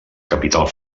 capital